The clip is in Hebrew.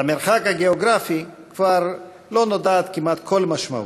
למרחק הגיאוגרפי כבר לא נודעת כמעט כל משמעות.